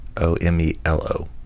O-M-E-L-O